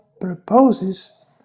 proposes